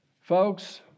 Folks